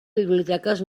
biblioteques